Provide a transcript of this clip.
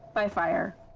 by fire.